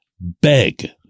beg